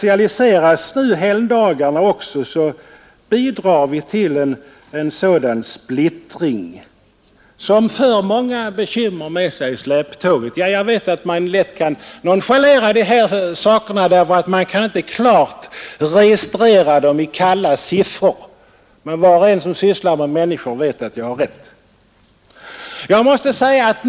Om nu också helgdagarna kommersialiseras bidrar vi till en splittring, som ofta har många bekymmer i släptåg. Jag vet att det är lätt att nonchalera detta; man kan ju inte klart registrera det i kalla siffror. Men var och en som sysslar med människor vet att jag har rätt.